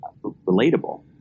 relatable